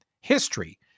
history